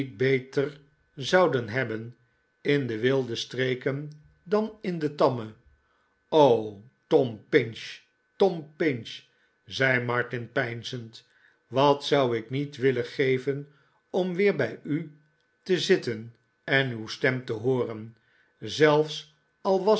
beter zouden hebben in de wilde streken dan in de tamme t o tom pinch tom pinch zei martin peinzend wat zou ik niet willen geven om weer bij u te zitten en uw stem te hooren zelfs al